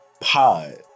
pod